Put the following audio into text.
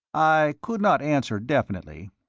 i could not answer definitely.